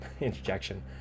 interjection